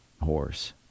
horse